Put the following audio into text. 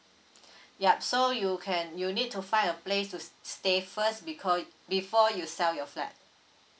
yup so you can you need to find a place to s~ stay first because before you sell your flat